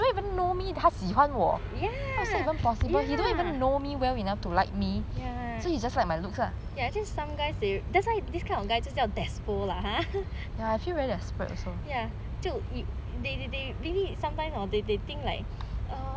ya ya ya actually some guys that's why this kind of guy just 叫 despo lah !huh! ya 就 they they they they need sometimes they they think like